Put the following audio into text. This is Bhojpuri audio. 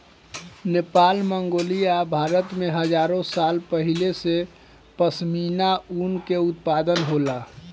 नेपाल, मंगोलिया आ भारत में हजारो साल पहिले से पश्मीना ऊन के उत्पादन होला